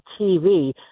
TV